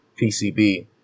PCB